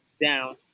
down